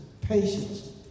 patience